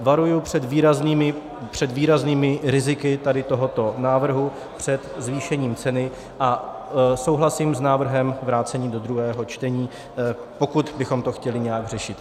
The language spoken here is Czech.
Varuji před výraznými riziky tohoto návrhu, před zvýšením ceny a souhlasím s návrhem vrácení do druhého čtení, pokud bychom to chtěli nějak řešit.